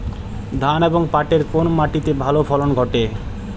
ধান এবং পাটের কোন মাটি তে ভালো ফলন ঘটে?